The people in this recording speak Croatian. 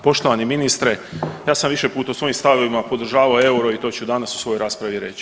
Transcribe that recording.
Poštovani ministre, ja sam više puta u svojim stavovima podržavao euro i to ću danas u svojoj raspravi reći.